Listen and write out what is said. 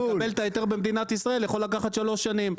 לקבל את ההיתר במדינת ישראל יכול לקחת שלוש שנים.